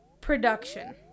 production